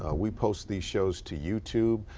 ah we post these shows to youtube.